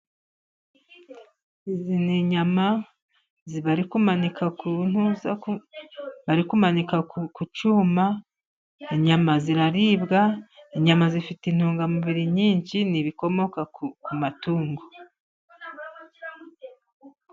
Izi ni nyama bari kumanika ku ntuza ,bari kumanika ku cyuma. Inyama ziraribwa, inyama zifite intungamubiri nyinshi ,ni ibikomoka ku ku matungo.